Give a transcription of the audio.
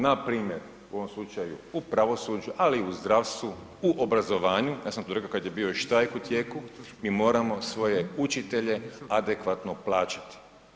Npr. u ovom slučaju u pravosuđu, ali i u zdravstvu, u obrazovanju, ja sam to rekao kada je bio i štrajk u tijeku, mi moramo svoje učitelje adekvatno plaćati.